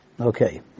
Okay